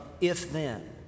if-then